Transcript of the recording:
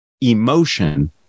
emotion